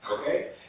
okay